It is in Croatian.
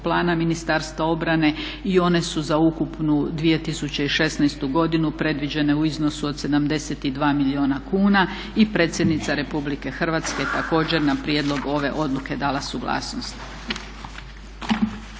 plana Ministarstva obrane i one su za ukupnu 2016. godinu predviđene u iznosu od 72 milijuna kuna i predsjednica Republike Hrvatske također je na prijedlog ove odluke dala suglasnost.